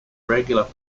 regular